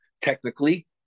technically